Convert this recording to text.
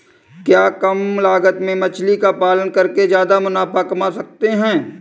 क्या कम लागत में मछली का पालन करके ज्यादा मुनाफा कमा सकते हैं?